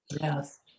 Yes